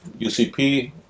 UCP